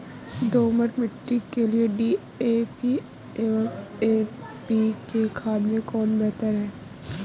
दोमट मिट्टी के लिए डी.ए.पी एवं एन.पी.के खाद में कौन बेहतर है?